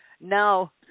Now